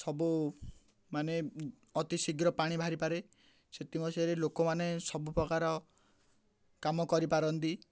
ସବୁ ମାନେ ଅତି ଶୀଘ୍ର ପାଣି ବାହାରିପାରେ ସେଥିମଧ୍ୟରେ ଲୋକମାନେ ସବୁ ପ୍ରକାର କାମ କରିପାରନ୍ତି